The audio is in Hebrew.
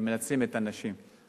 ומנצלים את הנשים.